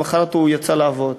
למחרת הוא יצא לעבוד.